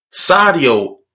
Sadio